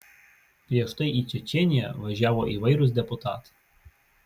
prieš tai į čečėniją važiavo įvairūs deputatai